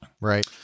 Right